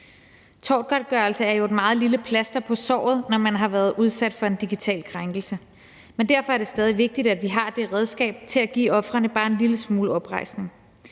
Tortgodtgørelse er jo et meget lille plaster på såret, når man har været udsat for en digital krænkelse, men derfor er det stadig vigtigt, at vi har det redskab til at give ofrene bare en lille smule oprejsning.